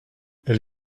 elle